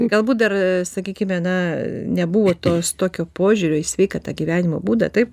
galbūt dar sakykime na nebuvo tos tokio požiūrio į sveikata gyvenimo būdą taip